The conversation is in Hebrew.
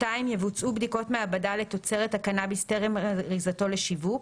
יבוצעו בדיקות מעבדה לתוצרת הקנאביס טרם אריזתו לשיווק,